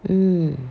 mm